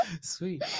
Sweet